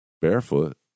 barefoot